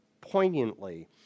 poignantly